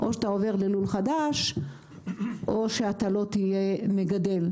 או שאתה עובר ללול חדש או שאתה לא תהיה מגדל.